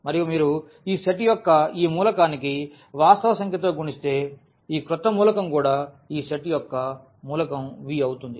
మరియు మీరు ఈ సెట్ యొక్క ఈ మూలకానికి వాస్తవ సంఖ్యతో గుణిస్తే ఈ క్రొత్త మూలకం కూడా ఈ సెట్ యొక్క మూలకం Vఅవుతుంది